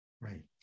Right